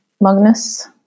Magnus